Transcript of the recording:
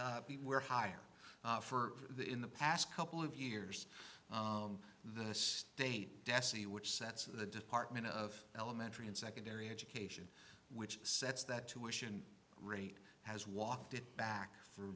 r were higher for the in the past couple of years the state dessie which sets of the department of elementary and secondary education which sets that tuition rate has walked it back